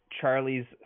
Charlie's